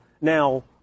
Now